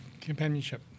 companionship